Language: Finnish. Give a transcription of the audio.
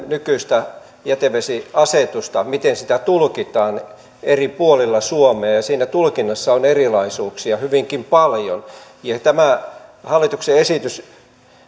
nykyistä jätevesiasetusta tulkitaan eri puolilla suomea ja siinä tulkinnassa on erilaisuuksia hyvinkin paljon tämä hallituksen